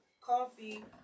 Coffee